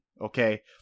okay